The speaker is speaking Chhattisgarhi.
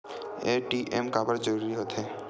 ए.टी.एम काबर जरूरी हो थे?